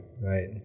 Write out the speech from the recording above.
right